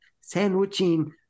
sandwiching